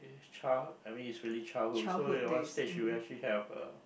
child I mean is really childhood so at one stage you actually have a